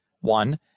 One